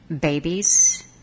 babies